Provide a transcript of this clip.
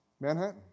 Manhattan